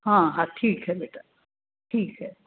हाँ हाँ ठीक है बेटा ठीक है